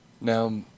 Now